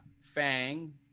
fang